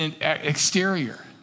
exterior